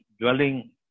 dwelling